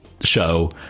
show